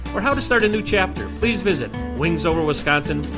or how to start a new chapter, please visit wingsoverwisconsin